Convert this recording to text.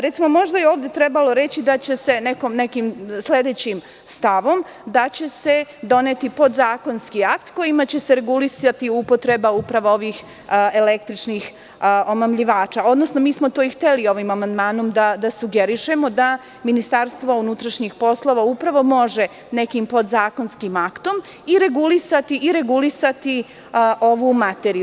Recimo, možda je ovde trebalo reći da će se nekim sledećim stavom doneti podzakonski akt kojim će se regulisati upotreba upravo ovih električnih omamljivača, odnosno mi smo to i hteli i ovim amandmanom da sugerišemo, da Ministarstvo unutrašnjih poslova upravo može nekim podzakonskim aktom i regulisati ovu materiju.